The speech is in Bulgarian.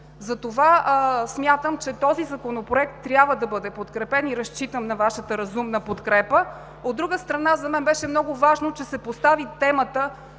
Смятам, че този законопроект трябва да бъде подкрепен и разчитам на Вашата разумна подкрепа. От друга страна, за мен беше много важно, че се постави темата